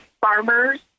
farmers